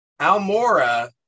Almora